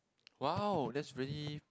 !wow! that's really